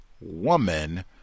woman